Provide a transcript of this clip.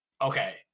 Okay